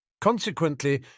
Consequently